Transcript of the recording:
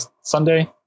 sunday